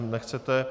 Nechcete.